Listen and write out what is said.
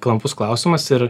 klampus klausimas ir